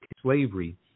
slavery